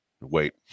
wait